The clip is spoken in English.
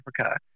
Africa